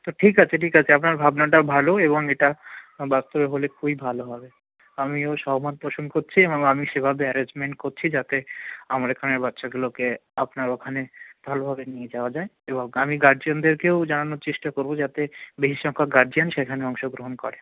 তো ঠিক আছে ঠিক আছে আপনার ভাবনাটা ভালো এবং এটা বাস্তবে হলে খুবই ভালো হবে আমিও সহমত পোষণ করছি এবং আমি সেভাবে অ্যারেঞ্জমেন্ট করছি যাতে আমার এখানের বাচ্চাগুলোকে আপনার ওখানে ভালোভাবে নিয়ে যাওয়া যায় এবং আমি গার্জিয়ানদেরকেও জানানোর চেষ্টা করব যাতে বেশি সংখ্যক গার্জিয়ান সেখানে অংশগ্রহণ করে